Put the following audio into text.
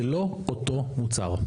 זה לא אותו מוצר.